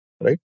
right